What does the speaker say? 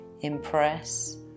Impress